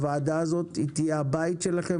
הוועדה הזאת היא תהיה הבית שלכם,